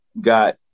got